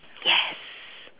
yes